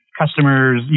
customers